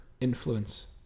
influence